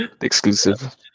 Exclusive